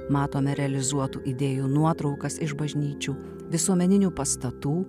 matome realizuotų idėjų nuotraukas iš bažnyčių visuomeninių pastatų